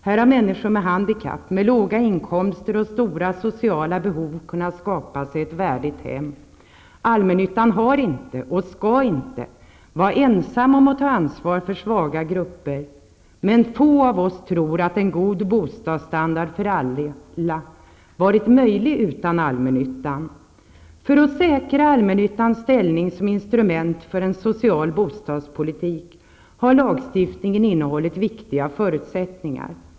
Här har människor med handikapp, låga inkomster och stora sociala behov kunnat skapa sig ett värdigt hem. Allmännyttan har inte varit -- och skall inte vara -- ensam om att ta ansvar för svaga grupper, men få av oss tror att en god bostadsstandard för alla varit möjlig utan allmännyttan. För att säkra allmännyttans ställning som instrument för en social bostadspolitik har lagstiftningen innehållit viktiga förutsättningar.